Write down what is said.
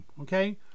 okay